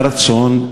מרצון,